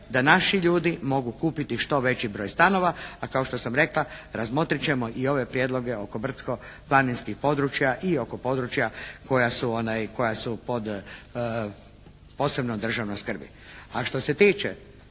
da naši ljudi mogu kupiti što veći broj stanova a kao što sam rekla razmotrit ćemo i ove prijedloge oko brdsko-planinskih područja i oko područja koja su pod posebnom državnom skrbi. A što se tiče